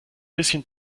bisschen